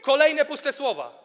Kolejne puste słowa.